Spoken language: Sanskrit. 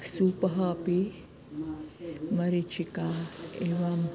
सूपः अपि मरिचिका एवम्